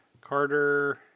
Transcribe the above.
Carter